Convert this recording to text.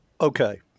Okay